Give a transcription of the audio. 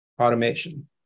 automation